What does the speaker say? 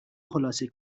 خلاصه